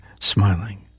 smiling